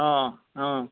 অঁ অঁ